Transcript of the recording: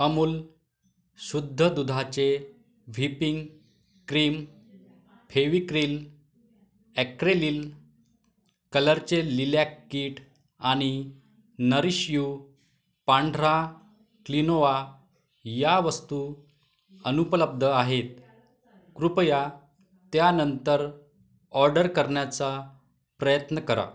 अमूल शुद्ध दुधाचे whipping cream Fevicryl acrylic कलरचे लिलॅक कीट आणि नरीश यू पांढरा क्लिनोवा या वस्तू अनुपलब्ध आहेत कृपया त्या नंतर ऑर्डर करण्याचा प्रयत्न करा